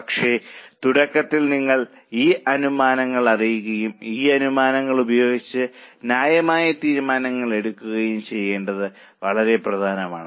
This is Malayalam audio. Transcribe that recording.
പക്ഷേ തുടക്കത്തിൽ നിങ്ങൾ ഈ അനുമാനങ്ങൾ അറിയുകയും ഈ അനുമാനങ്ങൾ ഉപയോഗിച്ച് ന്യായമായ തീരുമാനങ്ങൾ എടുക്കുകയും ചെയ്യേണ്ടത് വളരെ പ്രധാനമാണ്